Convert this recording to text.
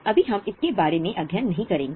अभी हम इसके बारे में अध्ययन नहीं करेंगे